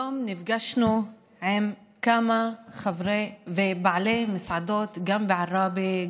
היום נפגשנו עם כמה בעלי מסעדות גם בעראבה,